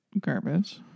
garbage